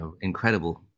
incredible